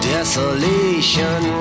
Desolation